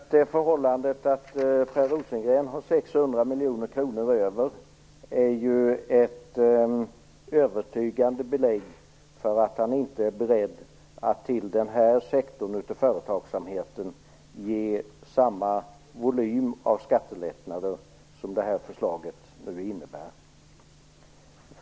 Herr talman! Det förhållandet att Per Rosengren har 600 miljoner kronor över är ett övertygande belägg för att han inte är beredd att till denna sektor av företagsamheten ge samma volym av skattelättnader som förslaget innebär.